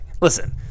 Listen